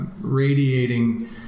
radiating